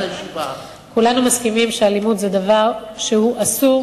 כולנו מסכימים שאלימות היא דבר אסור,